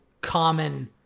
common